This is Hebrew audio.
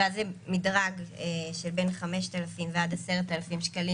ואז זה מדרג של בין 5,000 ועד 10,000 שקלים,